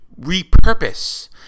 repurpose